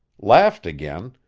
laughed again,